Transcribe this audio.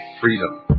freedom